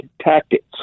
tactics